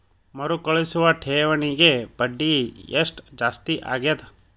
ಮರುಕಳಿಸುವ ಠೇವಣಿಗೆ ಬಡ್ಡಿ ಎಷ್ಟ ಜಾಸ್ತಿ ಆಗೆದ?